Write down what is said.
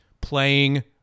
playing